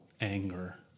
anger